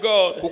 God